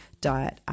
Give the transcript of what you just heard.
diet